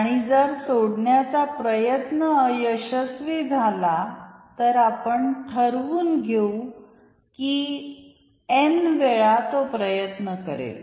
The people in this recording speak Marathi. आणि जर सोडण्याचा प्रयत्न अयशस्वी झाला तर आपण ठरवून घेऊ की n वेळा तो प्रयत्न करेल